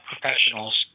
professionals